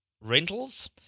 rentals